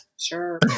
sure